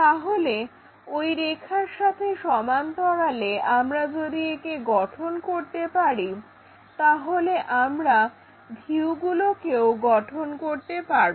তাহলে ওই রেখার সাথে সমান্তরালে আমরা যদি একে গঠন করতে পারি তাহলে আমরা ভিউগুলোকেও গঠন করতে পারবো